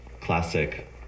classic